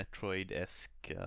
Metroid-esque